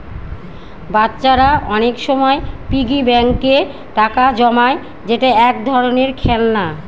বাচ্চারা অনেক সময় পিগি ব্যাঙ্কে টাকা জমায় যেটা এক ধরনের খেলনা